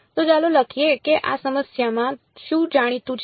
તો ચાલો લખીએ કે આ સમસ્યામાં શું જાણીતું છે